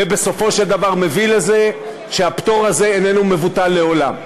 ובסופו של דבר מביא לזה שהפטור הזה איננו מבוטל לעולם.